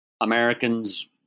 Americans